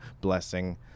blessing